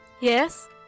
Yes